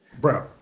bro